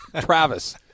Travis